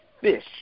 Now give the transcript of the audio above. fish